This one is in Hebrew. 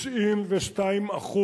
92%,